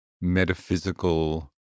metaphysical